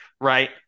Right